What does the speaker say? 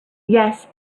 yet